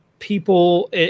People